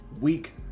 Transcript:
Week